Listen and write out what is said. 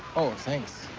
oh, thanks.